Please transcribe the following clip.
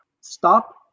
stop